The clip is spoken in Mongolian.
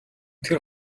тэр